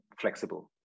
flexible